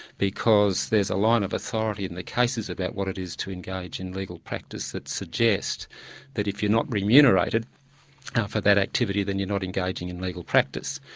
because there's a line of authority in the cases about what it is to engage in legal practice that suggests that if you're not remunerated for that activity, then you're not engaging in legal practice,